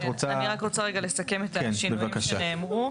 אני רק רוצה רגע לסכם את השינויים שנאמרו.